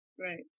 Right